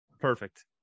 Perfect